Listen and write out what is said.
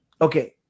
Okay